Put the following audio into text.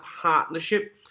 partnership